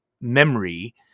memory